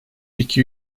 iki